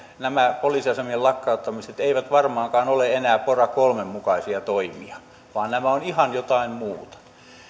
nämä poliisiasemien lakkauttamiset eivät varmaankaan ole enää pora kolmen mukaisia toimia vaan nämä ovat ihan jotain muuta